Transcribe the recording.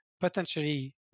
potentially